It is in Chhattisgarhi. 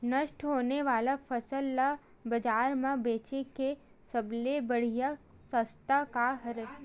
नष्ट होने वाला फसल ला बाजार मा बेचे के सबले बढ़िया रास्ता का हरे?